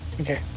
Okay